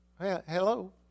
Hello